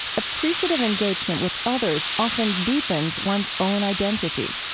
appreciative engagement with others often deepens one's own identity.